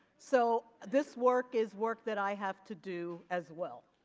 so this work is work that i have to do as well